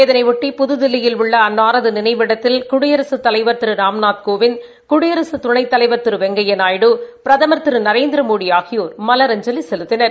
இதனையொட்டி புதுதில்லியில் உள்ள அன்னாரது நினைவிடத்தில் குடியரசுத் தலைவர் திரு ராம்நாத் கோவிந்த் குடியரக துணைத்தலைவர் திரு வெங்கையா நாயுடு பிரதமா் திரு நரேந்திரமோடி ஆகியோா் மலரஞ்சலி செலுத்தினர்